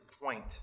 point